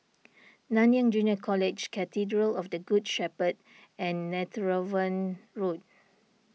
Nanyang Junior College Cathedral of the Good Shepherd and Netheravon Road